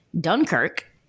Dunkirk